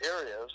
areas